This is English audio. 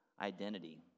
identity